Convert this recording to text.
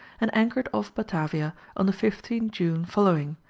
and anchored off batavia on the fifteenth june following,